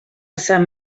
sant